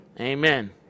Amen